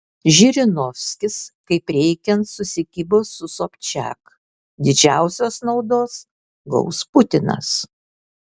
žirinovskis kaip reikiant susikibo su sobčiak didžiausios naudos gaus putinas